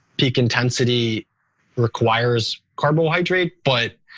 peak intensity requires carbohydrate, but